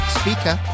speaker